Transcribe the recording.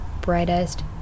brightest